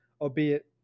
albeit